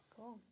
Cool